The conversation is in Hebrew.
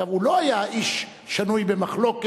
עכשיו, הוא לא היה איש שנוי במחלוקת,